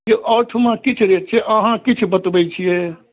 यौ आओरठाम किछु रेट छै अहाँ किछु बतबै छिए